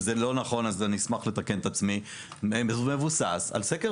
אם זה לא נכון אני אשמח לתקן את עצמי על סקר